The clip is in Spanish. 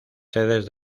sedes